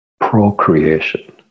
procreation